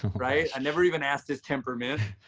right? i never even asked his temperament.